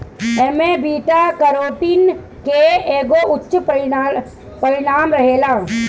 एमे beta carotene के एगो उच्च परिमाण रहेला